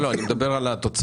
לא, לא, אני מדבר על התוצאות.